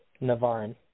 Navarin